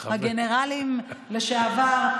הגנרלים לשעבר,